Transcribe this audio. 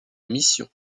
mission